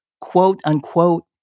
quote-unquote